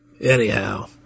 Anyhow